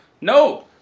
No